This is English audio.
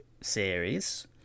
series